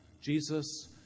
Jesus